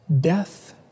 death